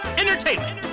entertainment